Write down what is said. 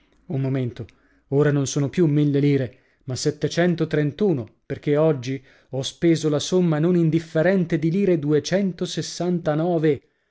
un momento ora non sono più mille lire ma settecentotrentuno perché oggi ho speso la somma non indifferente di lire duecentosessantanove